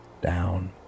down